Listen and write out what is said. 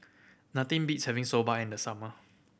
nothing beats having Soba in the summer